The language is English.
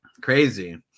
Crazy